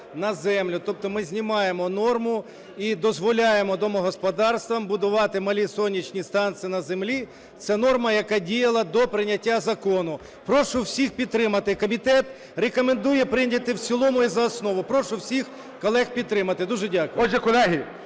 на землю, тобто ми знімаємо норму і дозволяємо домогосподарствам будувати малі сонячні станції на землі. Це норма, яка діяла до прийняття закону. Прошу всіх підтримати. Комітет рекомендує прийняти в цілому і за основу. Прошу всіх колег підтримати. Дуже дякую.